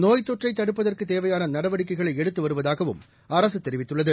நோய்த் தொற்றைதடுப்பதற்குதேவையானநடவடிக்கைகளைஎடுத்துவருவதாகவும் அரசுதெரிவித்துள்ளது